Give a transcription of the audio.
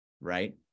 right